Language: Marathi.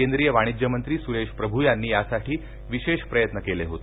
केंद्रीय वाणिज्यमंत्री सुरेश प्रभू यांनी यासाठी विशेष प्रयत्न केले होते